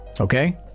okay